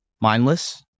mindless